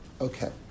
Okay